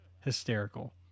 hysterical